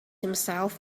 himself